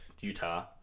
Utah